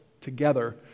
together